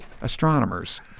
astronomers